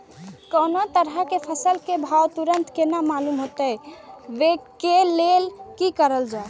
कोनो तरह के फसल के भाव तुरंत केना मालूम होते, वे के लेल की करल जाय?